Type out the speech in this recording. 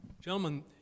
Gentlemen